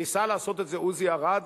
ניסה לעשות את עוזי ארד.